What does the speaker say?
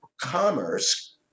commerce